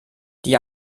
die